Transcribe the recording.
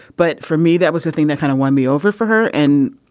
but for me that was the thing that kind of won me over for her. and